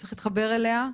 צריך להתחבר אליה.